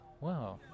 Wow